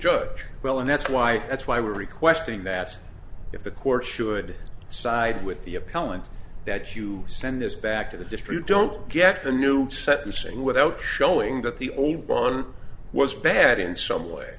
judge will and that's why that's why we're requesting that if the court should side with the appellant that you send this back to the district don't get the new sentencing without showing that the old one was bad in some way